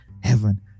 heaven